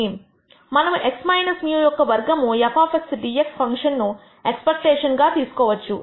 మనము x μ యొక్క వర్గము f dx ఫంక్షన్ ను ఎక్స్పెక్టేషన్ తీసుకోవచ్చు